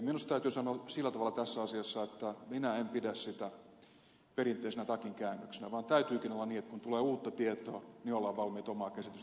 minusta täytyy sanoa sillä tavalla tässä asiassa että minä en pidä sitä perinteisenä takinkäännöksenä vaan täytyykin olla niin että kun tulee uutta tietoa niin ollaan valmiit omaa käsitystä tarkistamaan